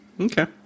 Okay